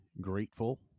grateful